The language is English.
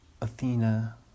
Athena